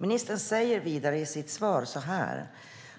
Ministern säger vidare i sitt svar: